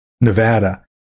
Nevada